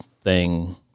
thing-